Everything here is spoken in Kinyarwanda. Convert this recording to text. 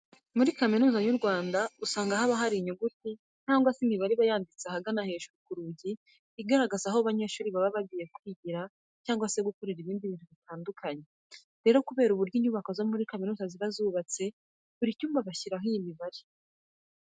Muri Kaminuza y'u Rwanda usanga haba hari inyuguti cyangwa se imibare iba yanditse ahagana hejuru ku rugi igaragaza aho abanyeshuri baba bagiye kwigira cyangwa se gukorera ibindi bintu bitandukanye. Rero kubera uburyo inyubako zo muri kaminuza ziba zubatse, buri cyumba bashyiraho iyi mibare.